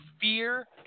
fear